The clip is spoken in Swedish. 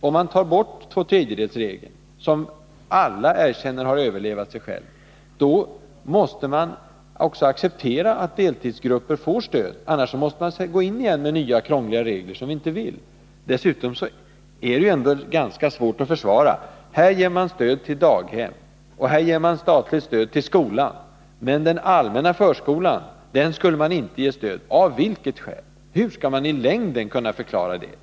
Om man tar bort tvåtredjedelsregeln — och alla erkänner att den har överlevt sig själv — måste man också acceptera att deltidsgrupper får stöd. Annars måste man gå in igen med nya, krångliga regler, som vi inte vill ha. Dessutom är det ändå ganska svårt att försvara att här ger man stöd till daghem och här ger man statligt stöd till skolan, men den allmänna förskolan skulle man inte ge stöd. Av vilket skäl? Hur skall man i längden kunna förklara det?